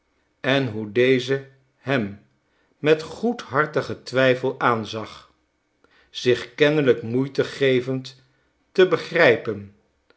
en hoe deze hem met goedhartigen twijfel aanzag zich kennelijk moeite gevend te begrijpen